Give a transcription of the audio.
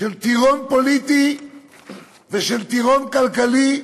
של טירון פוליטי וטירון כלכלי,